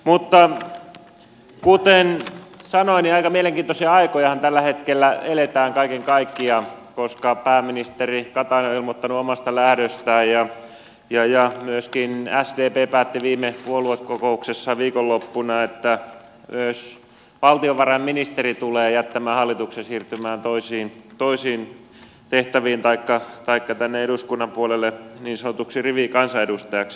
mutta kuten sanoin niin aika mielenkiintoisia aikojahan tällä hetkellä eletään kaiken kaikkiaan koska pääministeri katainen on ilmoittanut omasta lähdöstään ja myöskin sdp päätti viime puoluekokouksessaan viikonloppuna että myös valtiovarainministeri tulee jättämään hallituksen ja siirtymään toisiin tehtäviin taikka tänne eduskunnan puolelle niin sanotuksi rivikansanedustajaksi